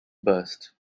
burst